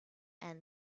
and